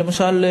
למשל,